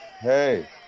Hey